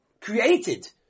created